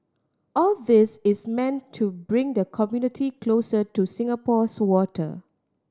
all this is meant to bring the community closer to Singapore's water